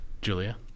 Julia